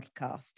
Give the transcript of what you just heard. podcast